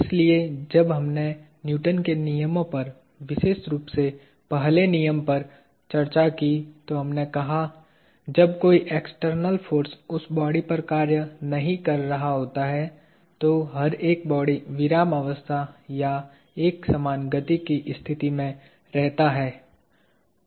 इसलिए जब हमने न्यूटन के नियमों पर विशेष रूप से पहले नियम पर चर्चा की तो हमने कहा जब कोई एक्सटर्नल फोर्स उस बॉडी पर कार्य नहीं कर रहा होता है तो हर एक बॉडी विरामावस्था या एकसमान गति की स्थिति में रहता है